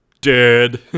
Dead